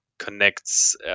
connects